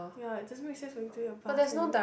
ya it doesn't make sense for me to take a bus there leh